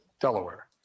Delaware